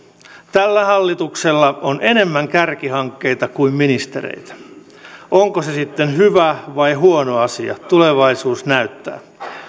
tällä hallituksella on enemmän kärkihankkeita kuin ministereitä onko se sitten hyvä vai huono asia tulevaisuus näyttää